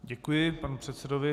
Děkuji panu předsedovi.